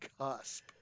cusp